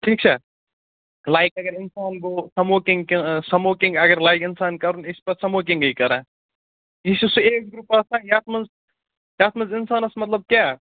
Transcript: ٹھیٖک چھا لایک اگر اِنسان گوٚو سَموکِنٛگ سَموکِنٛگ اگر لَگہِ اِنسان کَرُن یہِ چھِ پَتہٕ سَموکِنٛگٕے کَران یہِ چھِ سُہ ایج گرُپ آسان یَتھ منٛز یَتھ منٛز اِنسانَس مطلب کیٛاہ